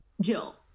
Jill